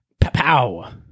pow